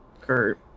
Kurt